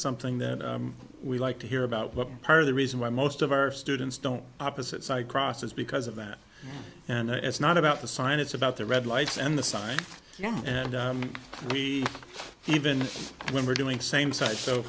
something that we like to hear about what part of the reason why most of our students don't opposite side crosses because of that and it's not about the sign it's about the red lights and the signs and we even when we're doing same side so